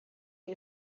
que